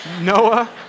Noah